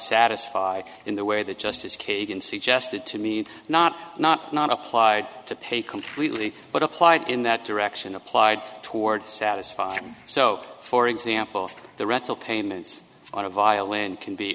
satisfy in the way that justice kagan suggested to me and not not not applied to pay completely but applied in that direction applied toward satisfying so for example the rental payments on a violin can be